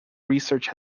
research